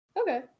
Okay